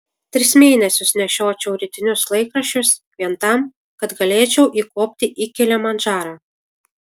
tris mėnesius nešiočiau rytinius laikraščius vien tam kad galėčiau įkopti į kilimandžarą